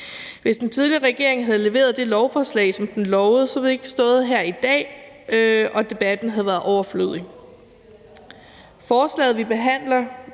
Hvis den tidligere regering havde leveret det lovforslag, som den lovede, havde vi ikke stået her i dag, og så havde debatten været overflødig. Forslaget, vi behandler